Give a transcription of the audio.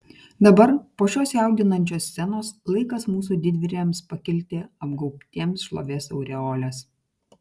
dabar po šios jaudinančios scenos laikas mūsų didvyriams pakilti apgaubtiems šlovės aureolės